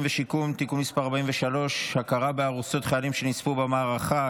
ושיקום) (תיקון מס' 43) (הכרה בארוסות חיילים שנספו במערכה),